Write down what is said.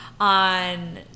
on